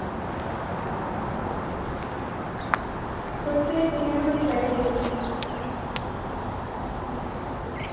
तुसें किन्ने धोड़ी चाहिदे